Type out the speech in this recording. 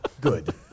Good